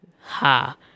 Ha